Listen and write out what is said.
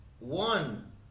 One